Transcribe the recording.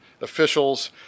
officials